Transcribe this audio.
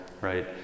right